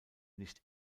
nicht